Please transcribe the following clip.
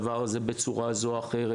בצורה זו או אחרת,